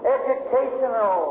educational